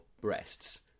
breasts